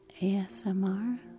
ASMR